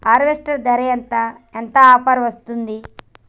Harvester ధర ఎంత ఎంత ఆఫర్ వస్తుంది?